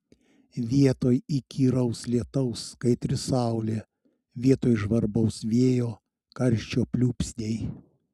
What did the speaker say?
vietoj įkyraus lietaus kaitri saulė vietoj žvarbaus vėjo karščio pliūpsniai